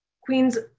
queens